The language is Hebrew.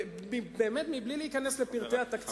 באמת בלי להיכנס לפרטי התקציב,